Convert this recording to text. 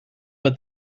but